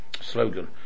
slogan